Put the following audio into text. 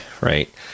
right